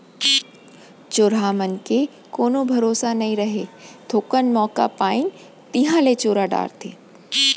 चोरहा मन के कोनो भरोसा नइ रहय, थोकन मौका पाइन तिहॉं ले चोरा डारथें